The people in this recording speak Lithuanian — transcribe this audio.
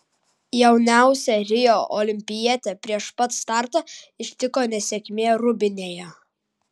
jauniausią rio olimpietę prieš pat startą ištiko nesėkmė rūbinėje